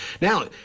Now